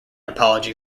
apology